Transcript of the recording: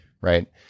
right